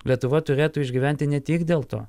lietuva turėtų išgyventi ne tik dėl to